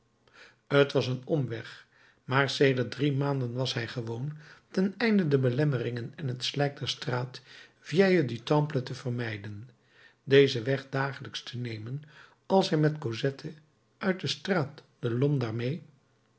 t was een omweg maar sedert drie maanden was hij gewoon ten einde de belemmeringen en het slijk der straat vieille du temple te vermijden dezen weg dagelijks te nemen als hij met cosette uit de straat de